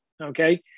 Okay